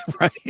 right